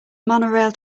monorail